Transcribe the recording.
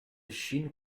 shin